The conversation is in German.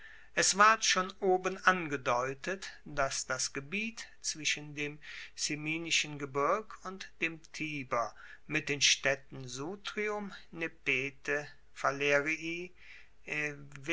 es ward schon oben angedeutet dass das gebiet zwischen dem ciminischen gebirg und dem tiber mit den staedten sutrium